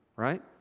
Right